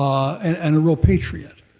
and and a real patriot.